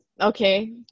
okay